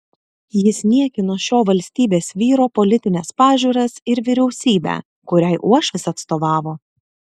jis niekino šio valstybės vyro politines pažiūras ir vyriausybę kuriai uošvis atstovavo